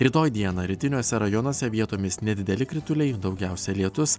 rytoj dieną rytiniuose rajonuose vietomis nedideli krituliai daugiausia lietus